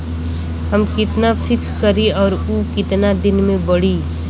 हम कितना फिक्स करी और ऊ कितना दिन में बड़ी?